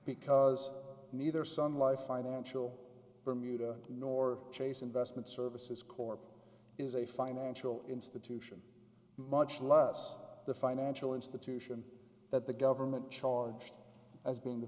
because neither sun life financial bermuda nor chase investment services corp is a financial institution much less the financial institution that the government charged as being the